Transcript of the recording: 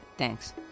Thanks